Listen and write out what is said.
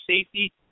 safety